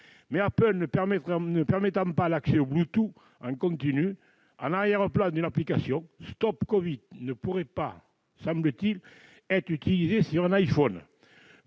Apple ne permettant pas l'accès au Bluetooth en continu en arrière-plan d'une application, l'outil StopCovid ne pourrait pas, semble-t-il, être utilisé sur un iPhone.